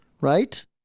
right